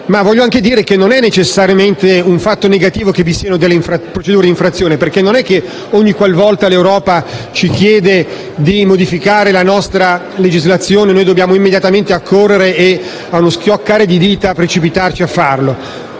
voglio anche dire che non è necessariamente un fatto negativo che vi siano procedure di infrazione, perché non è che ogni qual volta l'Europa ci chiede di modificare la nostra legislazione dobbiamo immediatamente accorrere e, allo schioccare di dita, precipitarci a farlo.